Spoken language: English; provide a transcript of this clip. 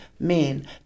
men